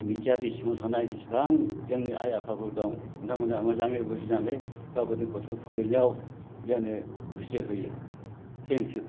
बिटिआरनि सिङाव थानाय जिसेबां जोंनि आय आफाफोर दं नोंथांमोना मोजाङै बुजिनानै गावगावनि गथ'नि फरायनायाव जोङो गोसो होयो थेंक इउ